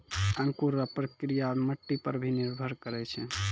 अंकुर रो प्रक्रिया मट्टी पर भी निर्भर करै छै